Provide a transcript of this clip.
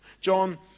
John